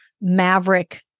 maverick